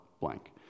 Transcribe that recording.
blank